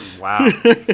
Wow